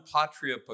patria